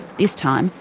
this time,